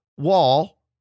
wall